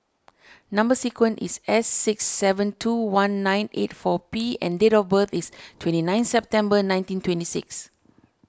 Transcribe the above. Number Sequence is S six seven two one nine eight four P and date of birth is twenty nine September nineteen twenty six